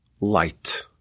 light